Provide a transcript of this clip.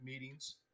meetings